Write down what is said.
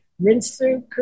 rinse-through